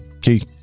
Key